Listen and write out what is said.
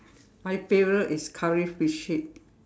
my favorite is curry fish head